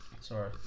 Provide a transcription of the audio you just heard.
Sorry